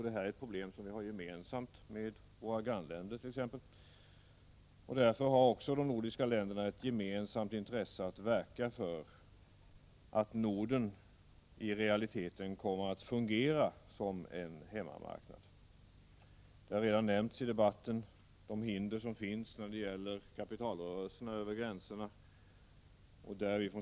Detta är ett problem som vi har gemensamt med t.ex. våra grannländer, och därför har de nordiska länderna också ett gemensamt intresse att verka för att Norden i realiteten kommer att fungera som en hemmamarknad. I debatten har redan nämnts de hinder som finns när det gäller kapitalrörelser över gränserna.